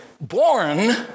Born